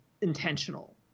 intentional